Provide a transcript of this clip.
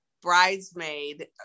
bridesmaid